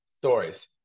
stories